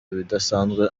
ibidasanzwe